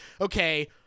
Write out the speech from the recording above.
okay